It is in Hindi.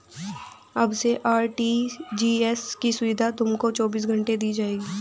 अब से आर.टी.जी.एस की सुविधा तुमको चौबीस घंटे दी जाएगी